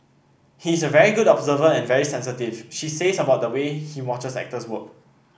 he is a very good observer and very sensitive she says about the way he watches actors work